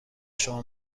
شما